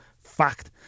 Fact